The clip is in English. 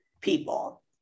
people